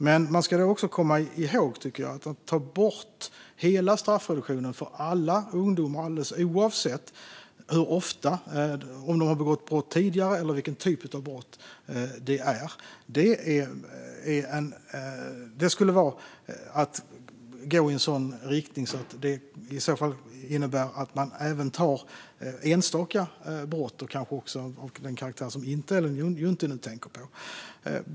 Men man ska också komma ihåg, tycker jag, att tar man bort hela straffreduktionen för alla ungdomar, oavsett om de har begått brott tidigare eller vilken typ av brott det är, innebär det att detta även gäller enstaka brott och kanske också brott av en karaktär som inte Ellen Juntti nu tänker på.